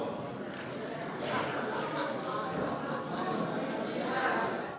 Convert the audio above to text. Hvala